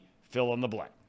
fill-in-the-blank